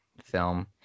film